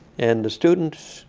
and the students